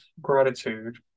gratitude